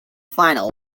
final